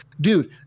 dude